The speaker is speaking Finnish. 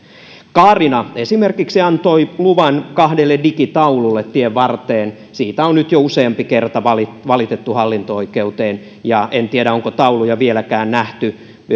kaarina esimerkiksi antoi luvan kahdelle digitaululle tien varteen siitä on nyt jo useampi kerta valitettu valitettu hallinto oikeuteen ja en tiedä onko tauluja vieläkään nähty